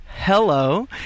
hello